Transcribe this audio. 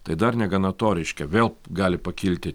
tai dar negana to reiškia vėl gali pakilti